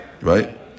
right